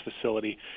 facility